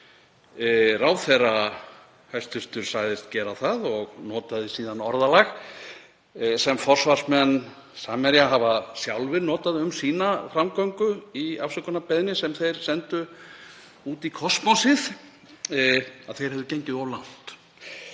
ráðherra sagðist gera það og notaði síðan orðalag sem forsvarsmenn Samherja hafa sjálfir notað um sína framgöngu í afsökunarbeiðni sem þeir sendu út í kosmósið, að þeir hefðu gengið of langt.